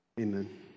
Amen